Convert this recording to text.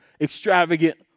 extravagant